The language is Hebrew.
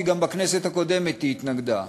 כי גם בכנסת הקודמת היא התנגדה.